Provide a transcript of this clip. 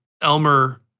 elmer